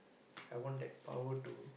I want that power to